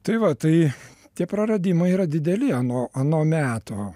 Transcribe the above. tai va tai tie praradimai yra dideli ano ano meto